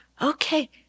okay